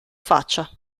faccia